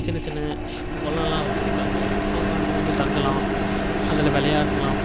சின்ன சின்ன குளம்லாம் வச்சிருக்காங்க அவங்க அங்கே வந்து தங்கலாம் அதில் விளையாடலாம்